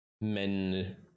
men